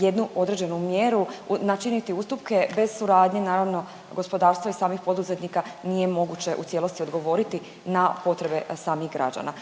jednu određenu mjeru, načiniti ustupke bez suradnje naravno gospodarstva i samih poduzetnika nije moguće u cijelosti odgovoriti na potrebe samih građana.